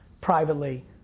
privately